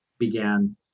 began